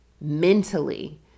mentally